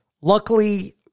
Luckily